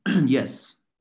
Yes